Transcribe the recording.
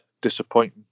disappointing